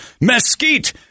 mesquite